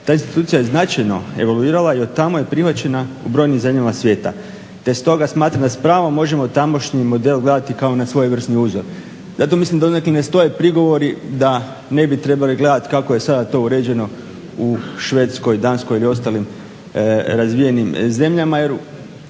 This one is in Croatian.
ta institucija je značajno evaluirala i od tamo je prihvaćena u brojnim zemljama svijeta. Te stoga smatram da s pravom možemo tamošnji model gledati kao na svojevrsni uzor. Zato mislim da donekle ne stoje prigovori da ne bi trebali gledati kako je sada to uređeno u Švedskoj, Danskoj ili ostalim razvijenim zemljama jer